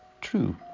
True